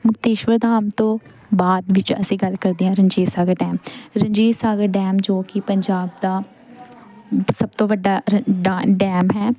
ਮੁਕਤੇਸ਼ਵਰ ਧਾਮ ਤੋਂ ਬਾਅਦ ਵਿੱਚ ਅਸੀਂ ਗੱਲ ਕਰਦੇ ਹਾਂ ਰਣਜੀਤ ਸਾਗਰ ਡੈਮ ਰਣਜੀਤ ਸਾਗਰ ਡੈਮ ਜੋ ਕਿ ਪੰਜਾਬ ਦਾ ਸਭ ਤੋਂ ਵੱਡਾ ਡਾ ਡੈਮ ਹੈ